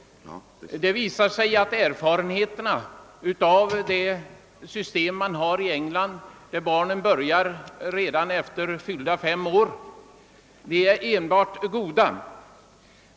Det visade sig att erfarenheterna av det system man har i England, där barnen börjar redan efter fyllda fem år, är enbart goda.